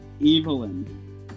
Evelyn